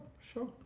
sure